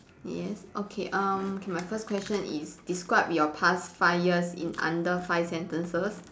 yes okay um okay my first question is describe your past five years in under five sentences